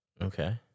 okay